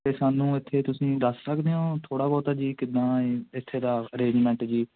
ਅਤੇ ਸਾਨੂੰ ਇੱਥੇ ਤੁਸੀਂ ਦੱਸ ਸਕਦੇ ਹੋ ਥੋੜ੍ਹਾ ਬਹੁਤਾ ਜੀ ਕਿੱਦਾਂ ਇੱਥੇ ਦਾ ਅਰੇਜਮੈਂਟ ਜੀ